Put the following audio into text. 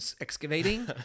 Excavating